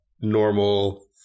normal